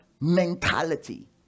mentality